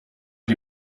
die